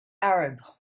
arab